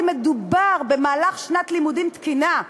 אם מדובר במהלך שנת לימודים תקינה.